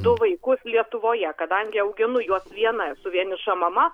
du vaikus lietuvoje kadangi auginu juos viena esu vieniša mama